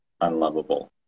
unlovable